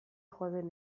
joaten